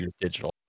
digital